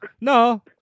No